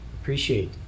appreciate